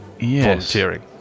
volunteering